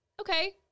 okay